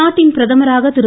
நாட்டின் பிரதமராக திரு